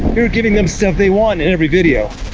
you're giving them stuff they want in every video.